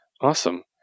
Awesome